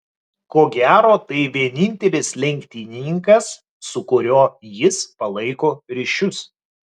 ko gero tai vienintelis lenktynininkas su kuriuo jis palaiko ryšius